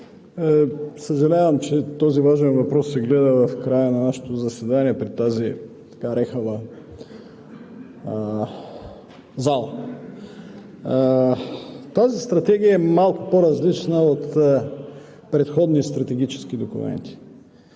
Съжалявам, че този важен въпрос се гледа в края на нашето заседание при тази рехава зала. Тази стратегия е малко по различна от предходни стратегически документи.